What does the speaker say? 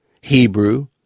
Hebrew